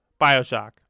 Bioshock